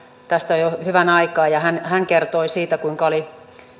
tästä jo hyvän aikaa ja hän hän kertoi siitä kuinka oli